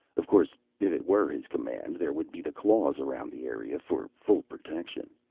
of course, if it were his command there would be the claws around the area for full protection.